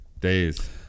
days